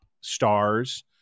stars